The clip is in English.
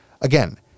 Again